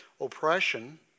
oppression